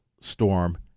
Storm